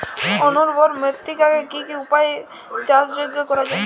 অনুর্বর মৃত্তিকাকে কি কি উপায়ে চাষযোগ্য করা যায়?